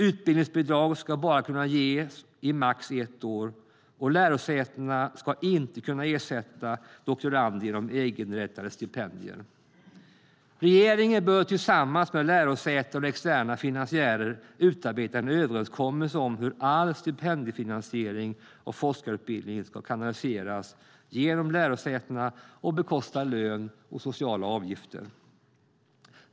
Utbildningsbidrag ska bara kunna ges i max ett år, och lärosäten ska inte kunna ersätta doktorander genom egeninrättade stipendier. Regeringen bör tillsammans med lärosäten och externa finansiärer utarbeta en överenskommelse om hur all stipendiefinansiering av forskarutbildning ska kanaliseras genom lärosätena och bekosta lön och sociala avgifter.